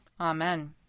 Amen